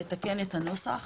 לתקן את הנוסח